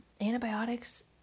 Antibiotics